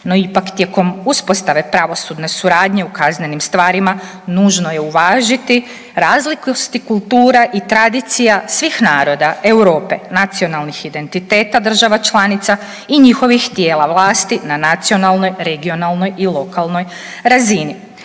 No, ipak tijekom uspostave pravosudne suradnje u kaznenim stvarima, nužno je uvažiti razlikosti kultura i tradicija svih naroda Europe, nacionalnih identiteta država članica i njihovih tijela vlasti na nacionalnoj, regionalnoj i lokalnoj razini.